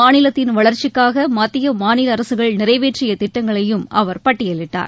மாநிலத்தின் வளர்ச்சிக்காக மத்திய மாநில அரசுகள் நிறைவேற்றிய திட்டங்களையும் அவர் பட்டியலிட்டார்